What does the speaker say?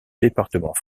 département